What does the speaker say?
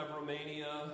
Romania